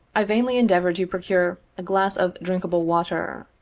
i vainly endeavored to procure a glass of drinkable water.